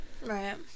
Right